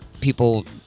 people